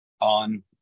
on